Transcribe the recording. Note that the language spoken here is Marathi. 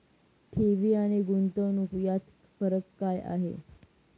ठेवी आणि गुंतवणूक यात फरक काय आहे?